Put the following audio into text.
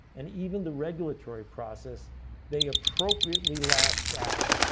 and even the regulatory process they appropriately lashed out.